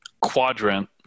quadrant